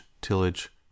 tillage